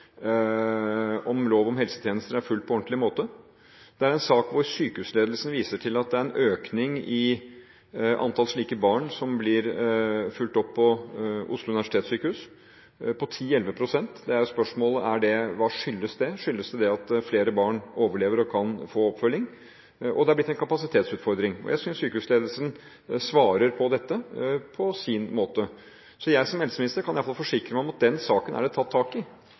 om lov om helsetjenester er fulgt på ordentlig måte. Det er en sak hvor sykehusledelsen viser til at det er en økning i antall slike barn som blir fulgt opp på Oslo universitetssykehus, på 10–11 pst. Hva skyldes det? Skyldes det at flere barn overlever og kan få oppfølging? Det er også blitt en kapasitetsutfordring. Jeg synes sykehusledelsen svarer på dette på sin måte. Jeg som helseminister kan i alle fall forsikre om at denne saken er det tatt tak i.